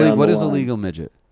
what is a legal midget?